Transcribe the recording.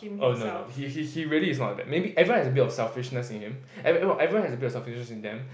oh no no he he he really is not like that everyone has a bit of selfishness in him eh no everyone has a bit of selfishness in them